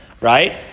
Right